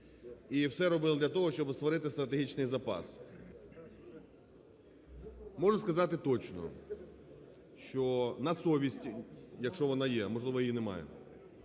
і все робили для того, щоб створити стратегічний запас. Можу сказати точно, що на совісті, якщо вона є, можливо її немає,